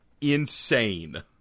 insane